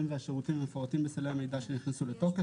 והשירותים המפורטים בסלי המידע שנכנסו לתוקף